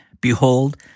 behold